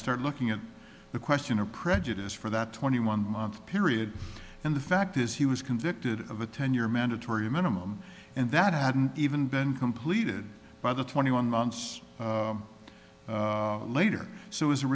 start looking at the question of prejudice for that twenty one month period and the fact is he was convicted of a ten year mandatory minimum and that hadn't even been completed by the twenty one months later so as a